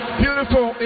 beautiful